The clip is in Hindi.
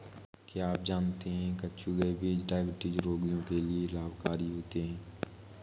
क्या आप जानते है कद्दू के बीज डायबिटीज रोगियों के लिए लाभकारी है?